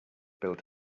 built